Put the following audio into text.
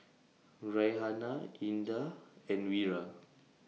Raihana Indah and Wira